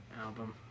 album